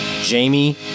Jamie